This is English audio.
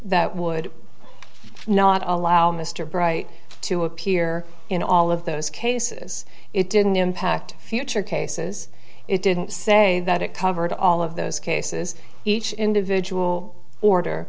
that would not allow mr bright to appear in all of those cases it didn't impact future cases it didn't say that it covered all of those cases each individual order